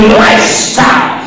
lifestyle